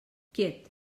quiet